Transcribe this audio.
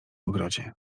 ogrodzie